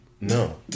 No